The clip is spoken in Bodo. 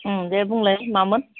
उम दे बुंलाय मामोन